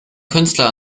künstler